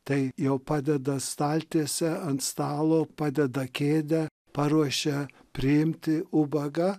tai jau padeda staltiesę ant stalo padeda kėdę paruošia priimti ubagą